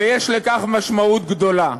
ויש לכך משמעות גדולה.